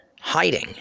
hiding